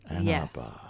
Yes